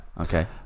Okay